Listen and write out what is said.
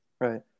Right